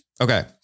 Okay